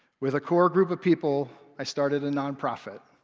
with a core group of people, i started a nonprofit,